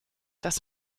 das